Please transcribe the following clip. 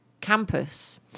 campus